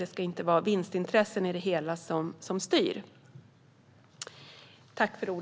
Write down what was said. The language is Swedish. Det ska inte vara vinstintressen som styr.